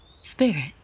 spirit